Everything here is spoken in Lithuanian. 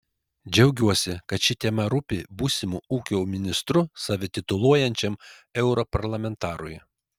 džiaugiuosi kad ši tema rūpi būsimu ūkio ministru save tituluojančiam europarlamentarui